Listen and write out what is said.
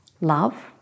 Love